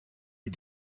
est